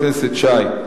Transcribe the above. תראה, חבר הכנסת שי,